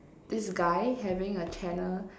this guy having a Channel